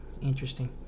interesting